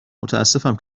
متأسفم